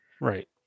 Right